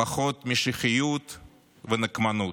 פחות משיחיות ונקמנות,